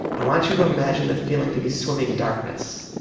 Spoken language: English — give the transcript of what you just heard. i want you to imagine the feeling to be swimming in darkness.